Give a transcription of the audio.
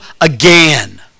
again